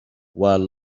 while